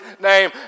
name